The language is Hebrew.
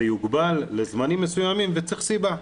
זה יוגבל לזמנים מסוימים וצריך סיבה,